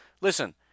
Listen